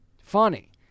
funny